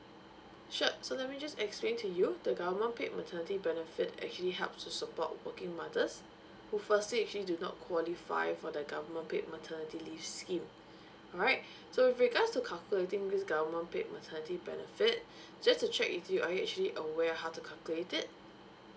sure so let me just explain to you the government paid maternity benefit actually help to support working mothers who firstly actually do not qualify for the government paid maternity leave scheme alright so with regards to calculating this government paid maternity benefit just to check with you are you actually aware of how to calculate it